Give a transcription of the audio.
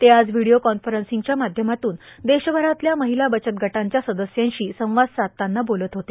ते आज व्हिडिओ कॉन्फरन्सिंगच्या माध्यमातून देशभरातल्या महिला बचत गटांच्या सदस्यांशी संवाद साधताना बोलत होते